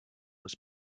was